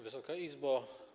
Wysoka Izbo!